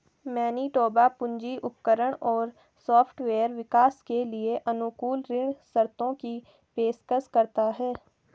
Manitoba पूंजी उपकरण और सॉफ्टवेयर विकास के लिए अनुकूल ऋण शर्तों की पेशकश करता है